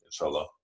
inshallah